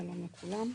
שלום לכולם.